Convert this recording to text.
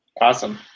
Awesome